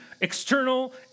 external